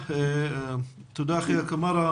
תודה אחיה קמארה,